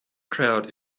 crowd